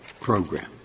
program